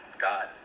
God